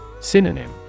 Synonym